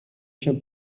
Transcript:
się